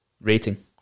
rating